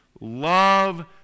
love